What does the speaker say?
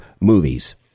movies